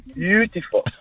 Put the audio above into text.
beautiful